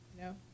No